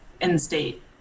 in-state